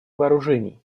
вооружений